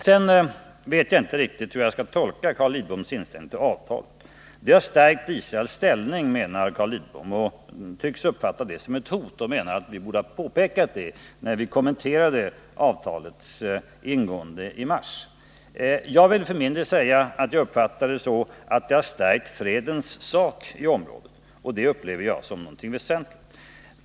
Sedan vet jag inte riktigt hur jag skall tolka Carl Lidboms inställning till avtalet. Det har stärkt Israels ställning, menar Carl Lidbom och tycks uppfatta det som ett hot och menar att vi borde ha påpekat det när vi kommenterade avtalets ingående i mars. Jag menar för min del att avtalet har stärkt fredens sak i området, och det upplever jag som positivt.